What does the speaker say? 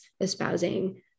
espousing